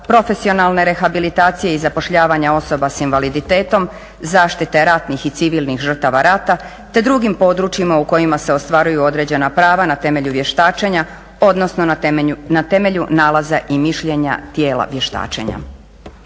profesionalne rehabilitacije i zapošljavanja osoba sa invaliditetom, zaštite ratnih i civilnih žrtava rata, te drugim područjima u kojima se ostvaruju određena prava na temelju vještačenja odnosno na temelju nalaza i mišljenja tijela vještačenja.